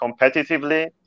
competitively